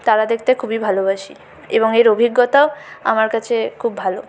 তারা দেখতে খুবই ভালবাসি এবং এর অভিজ্ঞতাও আমার কাছে খুব ভালো